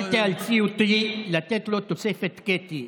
אל תיאלצי אותי לתת לו תוספת, קטי.